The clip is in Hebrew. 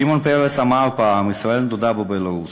שמעון פרס אמר פעם: ישראל נולדה בבלרוס.